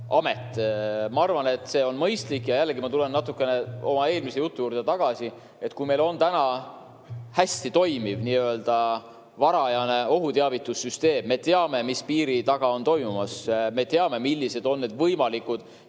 Ma arvan, et see on mõistlik. Jällegi ma tulen natukene oma eelmise jutu juurde tagasi. Kui meil on hästi toimiv varajane ohuteavitussüsteem, kui me teame, mis piiri taga on toimumas, kui me teame, millised on võimalikud